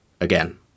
again